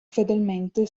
fedelmente